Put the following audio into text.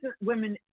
Women